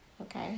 Okay